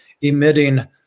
emitting